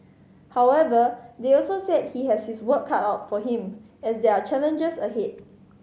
however they also said he has his work cut out for him as there are challenges ahead